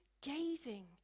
gazing